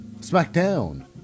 SmackDown